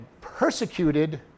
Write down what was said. persecuted